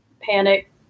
panic